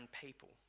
people